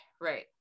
right